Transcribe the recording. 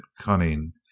cunning